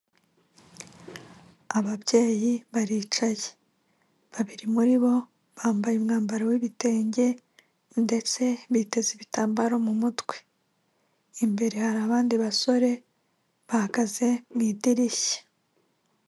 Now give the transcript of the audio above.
Ababyeyi baricaye, babiri muri bo bambaye umwambaro w'ibitenge ndetse biteze ibitambaro mu mutwe, imbere hari abandi basore bahagaze mu idirishya.